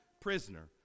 prisoner